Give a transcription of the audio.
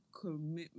commitment